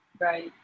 Right